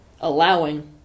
allowing